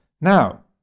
Now